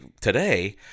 today